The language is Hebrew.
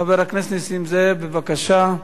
חבר הכנסת נסים זאב, בבקשה.